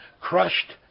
crushed